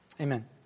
Amen